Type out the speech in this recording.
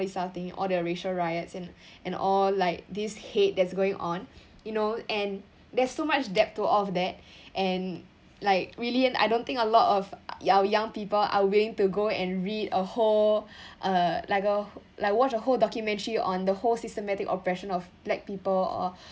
all these kind of thing all the racial riots and and all like this hate that is going on you know and there's so much depth to all of that and like really and I don't think a lot of our young people are willing to go and read a whole uh like uh like watch a whole documentary on the whole systematic oppression of black people or